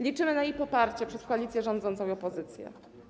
Liczymy na jej poparcie przez koalicję rządzącą i opozycję.